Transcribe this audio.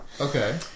Okay